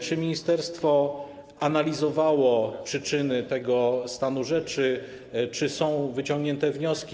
Czy ministerstwo analizowało przyczyny tego stanu rzeczy, czy są wyciągnięte wnioski?